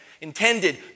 intended